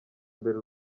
imbere